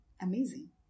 Amazing